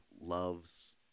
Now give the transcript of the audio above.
loves